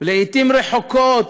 לעתים רחוקות